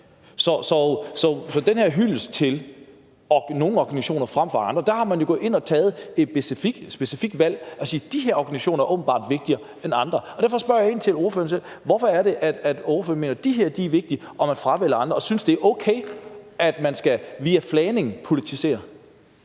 med den her hyldest af nogle organisationer frem for andre er man jo gået ind og har taget et specifikt valg og sagt, at de her organisationer åbenbart er vigtigere end andre, og derfor spørger jeg ordføreren: Hvorfor er det, at ordføreren mener, at de her er vigtigere end andre, og synes ordføreren, at det er okay, at man via flagning politiserer?